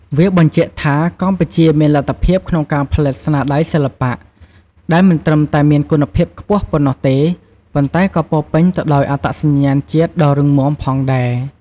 វាបញ្ជាក់ថា កម្ពុជាមានលទ្ធភាពក្នុងការផលិតស្នាដៃសិល្បៈដែលមិនត្រឹមតែមានគុណភាពខ្ពស់ប៉ុណ្ណោះទេ ប៉ុន្តែក៏ពោរពេញទៅដោយអត្តសញ្ញាណជាតិដ៏រឹងមាំផងដែរ។